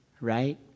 right